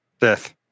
Death